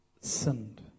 sinned